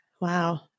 Wow